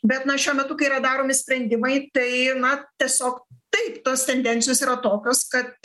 bet na šiuo metu kai yra daromi sprendimai tai na tiesiog taip tos tendencijos yra tokios kad